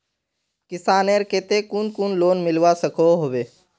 किसानेर केते कुन कुन लोन मिलवा सकोहो होबे?